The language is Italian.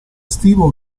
estivo